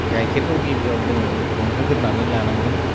गाइखेरखौ गिबियाव जोङो दुंहोग्रनानै लानांगोन